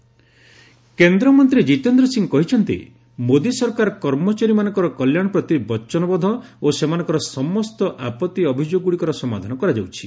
ଜିତେନ୍ଦ ସିଂହ କେନ୍ଦ୍ରମନ୍ତ୍ରୀ ଜିତେନ୍ଦ୍ର ସିଂହ କହିଛନ୍ତି ମୋଦୀ ସରକାର କର୍ମଚାରୀମାନଙ୍କର କଲ୍ୟାଣ ପ୍ରତି ବଚନବଦ୍ଧ ଓ ସେମାନଙ୍କର ସମସ୍ତ ଆପଭି ଅଭିଯୋଗଗୁଡ଼ିକର ସମାଧାନ କରାଯାଉଛି